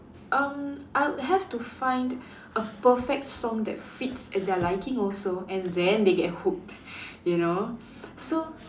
um I would have to find a perfect song that fits their liking also and then they get hooked you know so